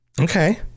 Okay